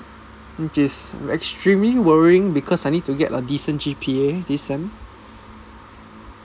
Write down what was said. which is extremely worrying because I need to get a decent G_P_A decent